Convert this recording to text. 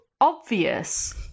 obvious